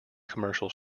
commercial